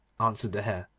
answered the hare,